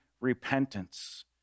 repentance